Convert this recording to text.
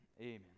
Amen